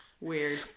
Weird